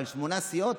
אבל שמונה סיעות,